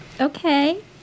okay